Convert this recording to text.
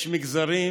יש מגזרים